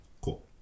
Cool